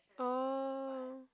oh